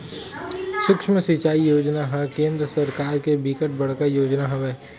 सुक्ष्म सिचई योजना ह केंद्र सरकार के बिकट बड़का योजना हवय